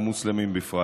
ומוסלמים בפרט.